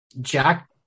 Jack